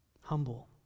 humble